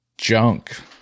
junk